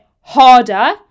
harder